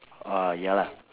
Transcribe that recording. oh ya lah